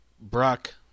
Brock